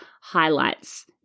highlights